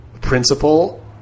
principle